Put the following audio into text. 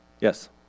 Yes